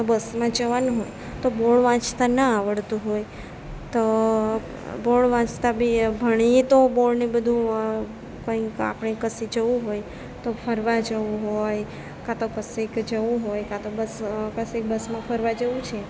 બસમાં જવાનું હોય તો બોર્ડ વાંચતાં ન આવડતું હોય તો બોર્ડ વાંચતાં આપડે ભણીએ તો બોર્ડ એ બધું કંઈક આપણે કશે જવું હોય તો ફરવા જવું હોય કાં તો પછી કંઈક જવાનું હોય કાં તો પછી બસમાં કશેક બસમાં ફરવા જવું છે